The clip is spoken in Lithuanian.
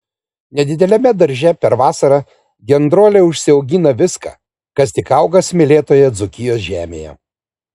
nedideliame darže per vasarą gendroliai užsiaugina viską kas tik auga smėlėtoje dzūkijos žemėje